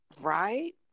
Right